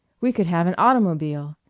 we could have an automobile,